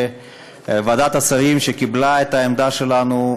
לוועדת השרים שקיבלה את העמדה שלנו,